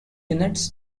units